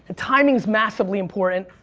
ah timing's massively important.